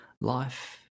Life